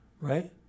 Right